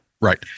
Right